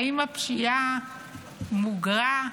האם הפשיעה מוגרה?